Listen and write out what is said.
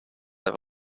i’ve